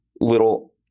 little